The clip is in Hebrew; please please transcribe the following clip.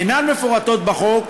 אינן מפורטת בחוק,